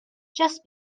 just